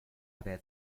haver